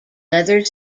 leather